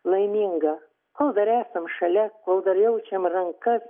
laiminga kol dar esam šalia kol dar jaučiam rankas